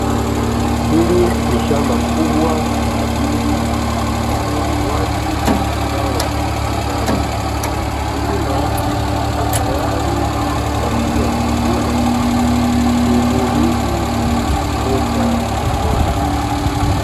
Hili ni shamba kubwa kwa ajili ya ulimwaji wa zao la vitunguu maji. Mkulima yupo tayari kwa ajili ya kuvuna vitunguu hivi na kupeleka sokoni.